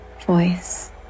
voice